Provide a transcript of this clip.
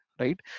right